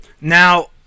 Now –